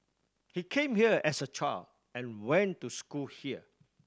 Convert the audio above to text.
he came here as a child and went to school here